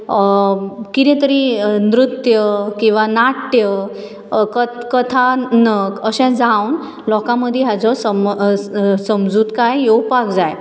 कितें तरी नृत्य किंवा नाट्य कथानक अशें जावन लोकां मदीं हाचो समस समजूतकाय येवपाक जाय